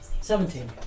Seventeen